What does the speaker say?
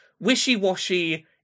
wishy-washy